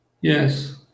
Yes